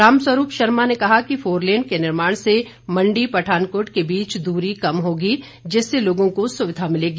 रामस्वरूप शर्मा ने कहा कि फोरलेन के निर्माण से मंडी पठानकोट के बीच दूरी कम होगी जिससे लोगों को सुविधा मिलेगी